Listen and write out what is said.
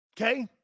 Okay